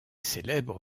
célèbre